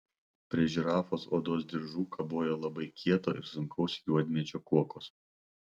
prie žirafos odos diržų kabojo labai kieto ir sunkaus juodmedžio kuokos